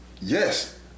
Yes